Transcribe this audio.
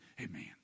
Amen